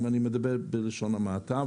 בלשון המעטה,